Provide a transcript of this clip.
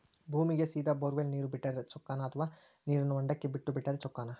ಭೂಮಿಗೆ ಸೇದಾ ಬೊರ್ವೆಲ್ ನೇರು ಬಿಟ್ಟರೆ ಚೊಕ್ಕನ ಅಥವಾ ನೇರನ್ನು ಹೊಂಡಕ್ಕೆ ಬಿಟ್ಟು ಬಿಟ್ಟರೆ ಚೊಕ್ಕನ?